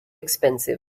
expensive